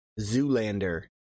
Zoolander